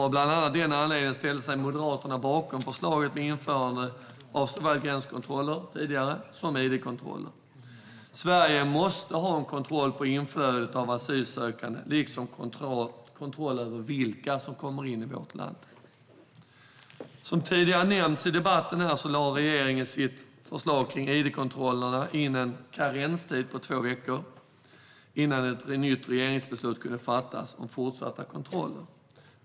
Av bland annat den anledningen ställde sig Moderaterna bakom förslaget om införande av såväl gränskontroller som id-kontroller. Sverige måste ha kontroll på inflödet av asylsökande liksom kontroll över vilka som kommer in i vårt land. Som tidigare har nämnts i debatten lade regeringen i sitt förslag om id-kontroller in en karenstid på två veckor innan ett nytt regeringsbeslut om fortsatta kontroller kunde fattas.